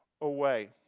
away